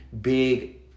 big